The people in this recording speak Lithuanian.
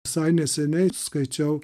visai neseniai skaičiau